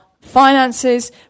finances